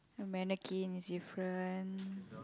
the mannequin is different